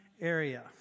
area